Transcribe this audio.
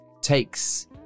takes